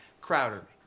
Crowder